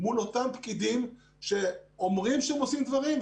מול אותם פקידים שאומרים שהם עושים דברים,